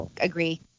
agree